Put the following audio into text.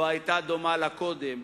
לא היתה דומה לה קודם,